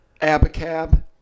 Abacab